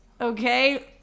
Okay